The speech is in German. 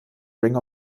ring